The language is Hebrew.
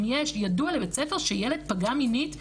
ידוע לבית הספר שילד פגע מינית,